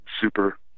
Super